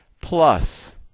plus